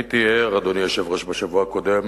הייתי ער, אדוני היושב-ראש, בשבוע הקודם